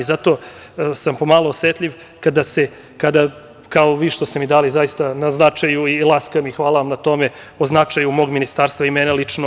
Zato sam pomalo osetljiv kada, kao vi što ste mi dali na značaju i laska mi, hvala vam na tome, o značaju mog ministarstva i mene lično.